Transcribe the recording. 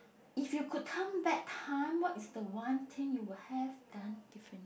if you could turn back time what is the one thing you would have done different